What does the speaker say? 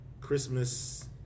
Christmas